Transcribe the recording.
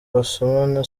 basomana